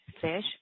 Fish